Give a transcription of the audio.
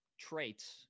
traits